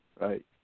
right